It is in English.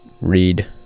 read